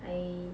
I